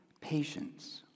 patience